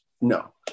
No